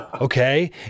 Okay